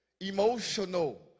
emotional